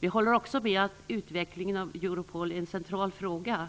Vi håller också med om att utvecklingen av Europol är en central fråga.